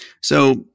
So-